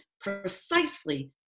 precisely